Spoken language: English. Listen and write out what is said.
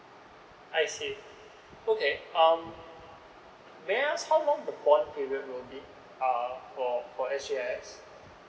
I see okay um may I ask how long the bond period will be uh for s g i s